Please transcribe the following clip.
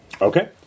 Okay